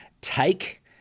take